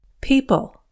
PEOPLE